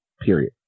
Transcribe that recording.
Period